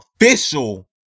official